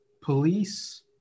police